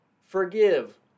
forgive